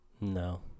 no